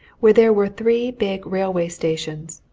where there were three big railway stations,